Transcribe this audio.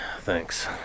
thanks